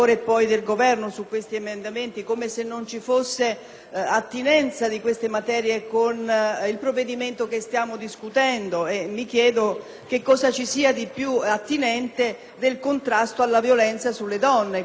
attinenti al provvedimento che stiamo discutendo; mi chiedo cosa ci sia di più attinente del contrasto alla violenza sulle donne che si esercita in luoghi pubblici, oltre che in famiglia.